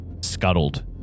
scuttled